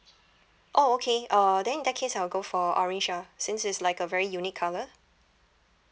oh okay uh then in that case I will go for orange ah since it's like a very unique colour